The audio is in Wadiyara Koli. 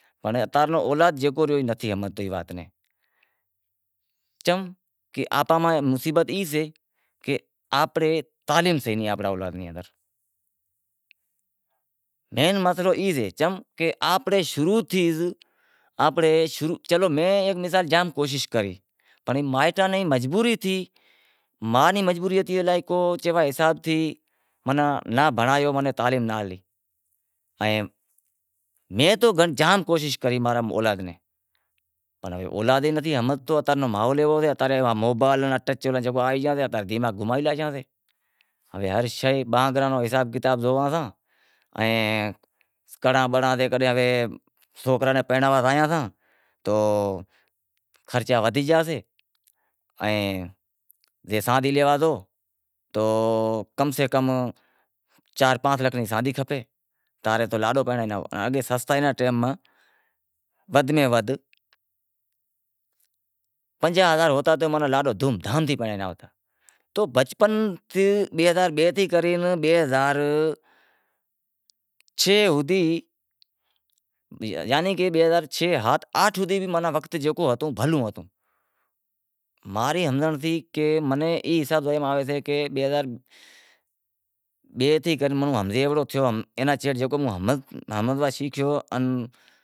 پنڑ اتاں رے اولاد جیکو رہیو او نتھی، چم کہ آپاں میں مصیبت ای سے کہ تعلیم سے نتھی، چم کہ میں مسئلو ای سے کہ آنپڑے چلو میں ایک مثال جام کوشش کری پنڑ مائیٹاں نیں مجبوری تھی ماں ری مجبوری ہتی ماناں کو حساب تھی ناں بھنڑایو تعلیم ناں ہلی، میں تو جام کوشش کری اولاد نیں بھنڑایو، ماحول ئی ایوو تھی موبائیل ان ٹچ آئی گیا گھومائے لاشیائیتے، ائیں کڑاں بڑاں تے انیں سوکراں نیں پرنڑائیڑ زایاسیں تو خرچا ودھی گیا سے جے سادی لیا تو کم سے کم چار پانچ لاکھ ری ساددی کھپت تاں رے تو لاڈو پرنڑائے آواں، اگے سستائی رے ٹیم ماں ودہ میں ودہ پنجاہ ہزار ہوتا تو لاڈو دھوم دھام سیں پرنڑائے آوتا تو بچپن بئے ہزار بئے سیں لے کرے بئے ہزار چھ ہوندہی یعنی بئے ہزار چھ ہات آٹھ ہوندہی وقت جیکو ہتو بھلو ہتو ماں رے ہمزنڑ سیں ماں نیں ای حساب آوی سے کہ بئے ہزار بئے تیں کرے